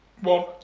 one